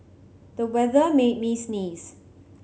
the weather made me sneeze